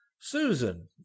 Susan